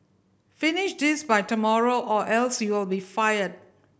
finish this by tomorrow or else you'll be fired